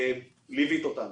ואת ליווית אותנו.